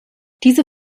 diese